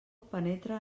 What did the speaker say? penetra